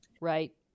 Right